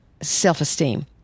self-esteem